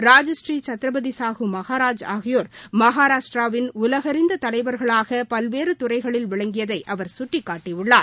ராஜஸ்ரீ சத்ர்பதி சாஹூ மகராஜ் ஆகியோர் மகாராஷ்டிராவின் உலகறிந்த தலைவர்களாக பல்வேறு துறைகளில் விளங்கியதை அவர் சுட்டிக்காட்டியுள்ளார்